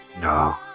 No